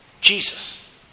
Jesus